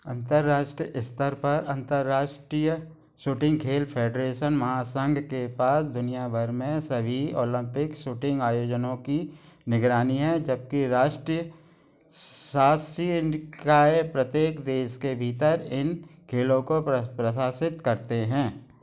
अंतर्राष्ट्रीय स्तर पर अंतर्राष्ट्रीय शूटिंग खेल फेडरेशन महासंघ के पास दुनिया भर में सभी ओलंपिक शूटिंग आयोजनों की निगरानी है जबकि राष्ट्रीय शासीय निकाय प्रत्येक देश के भीतर इन खेल को प्रशासित करते हैं